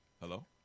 Hello